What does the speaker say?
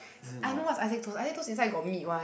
I know what's Isaac-toast Isaac-toast inside got meat one